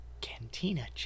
Cantina